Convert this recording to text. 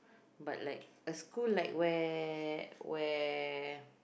but like a school like where where